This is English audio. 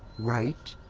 right.